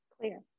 Clear